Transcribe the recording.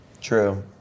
True